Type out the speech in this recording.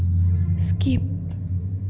skip